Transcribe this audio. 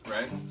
Right